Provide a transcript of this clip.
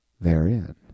therein